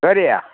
ꯀꯔꯤ